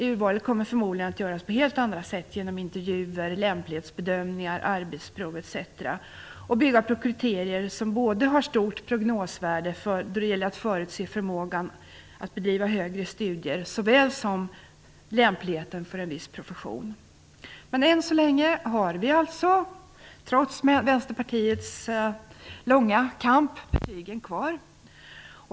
Urvalet kommer förmodligen att göras på helt andra sätt, genom intervjuer, lämplighetsbedömningar, arbetsprover, etc., och bygga på kriterier som både har stort prognosvärde då det gäller att förutse förmågan att bedriva högre studier som lämpligheten för en viss profession. Men än så länge har vi alltså trots Vänsterpartiets långa kamp betygen kvar.